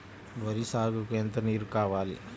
వరి సాగుకు ఎంత నీరు కావాలి?